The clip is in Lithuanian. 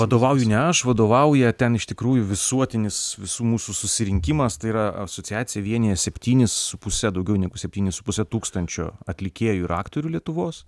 vadovauju ne aš vadovauja ten iš tikrųjų visuotinis visų mūsų susirinkimas tai yra asociacija vienija septynis su puse daugiau negu septynis su puse tūkstančio atlikėjų ir aktorių lietuvos